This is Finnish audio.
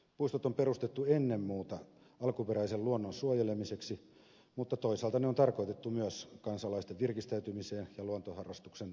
puistot on perustettu ennen muuta alkuperäisen luonnon suojelemiseksi mutta toisaalta ne on tarkoitettu myös kansalaisten virkistäytymiseen ja luontoharrastuksen tukemiseen